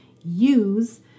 use